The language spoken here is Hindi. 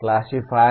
क्लास्सिफाइ